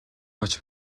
авч